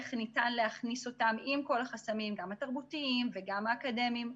באיך ניתן להכניס אותן עם כל החסמים גם התרבותיים וגם האקדמיים,